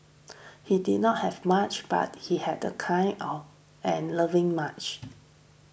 he did not have much but he had a kind or and loving much